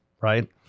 right